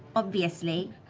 obviously.